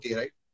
right